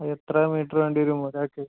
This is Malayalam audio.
എത്ര മീറ്റര് വേണ്ടിവരും ഒരാള്ക്ക്